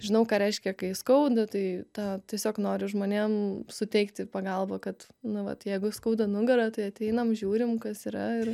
žinau ką reiškia kai skauda tai tą tiesiog noriu žmonėm suteikti pagalbą kad nu vat jeigu skauda nugarą tai ateinam žiūrim kas yra ir